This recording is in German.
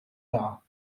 dar